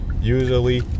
Usually